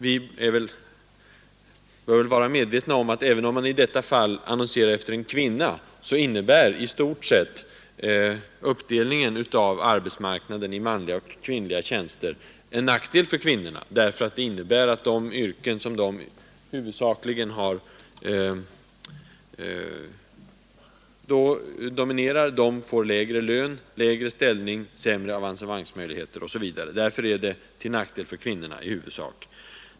Vi bör vara medvetna om att, även om man i detta fall annonserar efter en kvinna, uppdelningen av arbetsmarknaden i manliga och kvinnliga tjänster i stort sett är till nackdel för kvinnorna, därför att den innebär att de yrken som de huvudsakligen dominerar får lägre lön, lägre ställning, sämre avancemangsmöjligheter osv. Därför är uppdelningen i huvudsak till nackdel för kvinnorna.